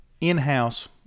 in-house